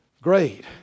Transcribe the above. great